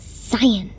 science